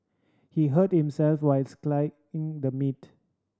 he hurt himself while slicing the meat